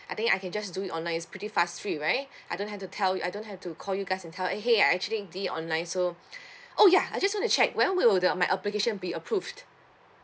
I think I can just do it online it's pretty fast free right I don't have to tell you I don't have to call you guys and tell !hey! I actually did it online so oh ya I just want to check when will the my application be approved